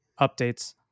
updates